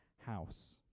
house